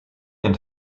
and